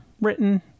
written